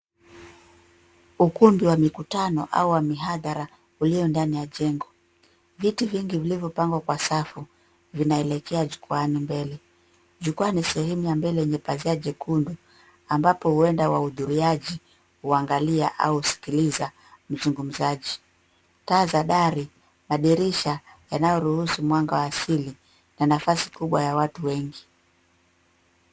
Ukumbi wa mikutano au wa mihadhara ulio ndani ya jengo. Viti vingi vilivyopangwa kwenye safu vinaelekea jukwaani mbele. Jukwaa ni sehemu ya mbele yenye pazia jekundu ambapo huenda wahudhuriaji huangalia au husikiliza mzungumzaji. Taa za dari, madirisha yanayoruhusu mwanga wa asili na nafasi kubwa ya watu wengi.